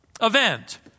event